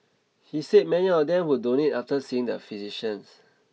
he said many of them would donate after seeing the physicians